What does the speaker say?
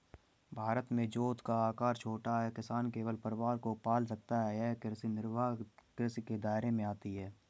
भारत में जोत का आकर छोटा है, किसान केवल परिवार को पाल सकता है ये कृषि निर्वाह कृषि के दायरे में आती है